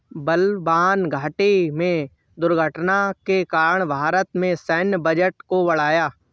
बलवान घाटी में दुर्घटना के कारण भारत के सैन्य बजट को बढ़ाया